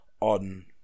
on